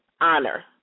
honor